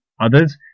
Others